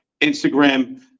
Instagram